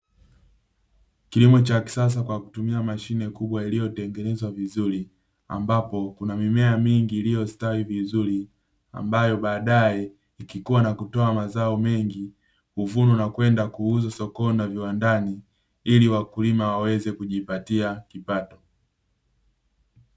Kilimo cha kisasa kwa kutumia mashine kubwa iliyotengenezwa vizuri, ambapo kuna mimea mingi iliyostawi vizuri, ambayo baadae ikikua na kutoa mazao mengi, huvunwa na kwenda kuuzwa sokoni na viwandani iliwakulima waweze kujipatia kipato.